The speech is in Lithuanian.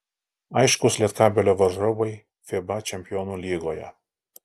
aiškūs lietkabelio varžovai fiba čempionų lygoje